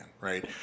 Right